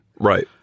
Right